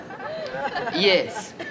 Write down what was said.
Yes